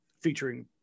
featuring